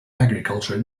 agriculture